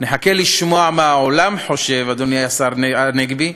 נחכה לשמוע מה העולם חושב, אדוני השר הנגבי,